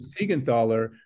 Siegenthaler